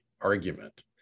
argument